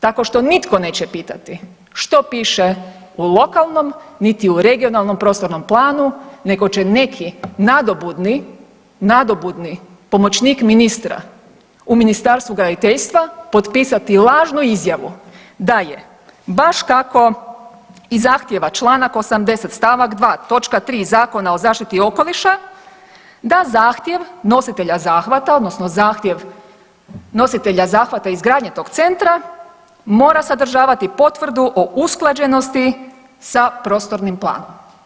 Tako što nitko neće pitati što piše u lokalnom niti u regionalnom prostornom planu nego će neki nadobudni, nadobudni pomoćnik ministra u Ministarstvu graditeljstva potpisati lažnu izjavu da je baš kako i zahtjeva Članka 80. stavak 2. točka 3. Zakona o zaštiti okoliša, da zahtjev nositelja zahvata odnosno zahtjev nositelja zahvata izgradnje tog centra mora sadržavati potvrdu o usklađenosti sa prostornim planom.